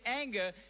anger